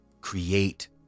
create